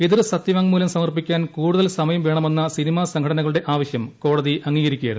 എതിർ സത്യവാങ്മൂലം സമർപ്പിക്കാൻ കൂടുതൽ സമയം വേണമെന്ന സിനിമാ സംഘടനകളുടെ ആവശ്യം കോടതി അംഗീകരിക്കുകയായിരുന്നു